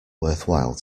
worthwhile